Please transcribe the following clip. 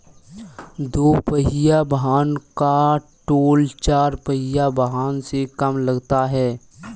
दुपहिया वाहन का टोल चार पहिया वाहन से कम लगता है